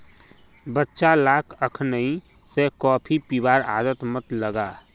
बच्चा लाक अखनइ स कॉफी पीबार आदत मत लगा